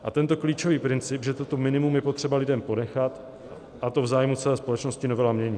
A tento klíčový princip, že toto minimum je potřeba lidem ponechat, a to v zájmu celé společnosti, novela mění.